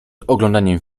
oglądaniem